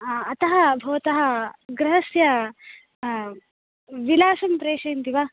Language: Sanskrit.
अतः भवतः गृहस्य विलासं प्रेषयन्ति वा